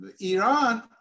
Iran